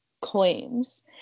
claims